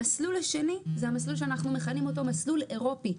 המסלול השני הוא המסלול שאנחנו מכנים אותו מסלול אירופי,